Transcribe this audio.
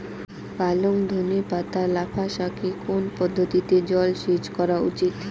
পালং ধনে পাতা লাফা শাকে কোন পদ্ধতিতে জল সেচ করা উচিৎ?